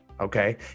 okay